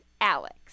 Alex